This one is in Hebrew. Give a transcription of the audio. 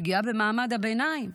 פגיעה במעמד הביניים,